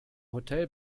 hotel